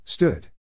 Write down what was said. Stood